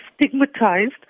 stigmatized